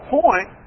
point